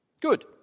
Good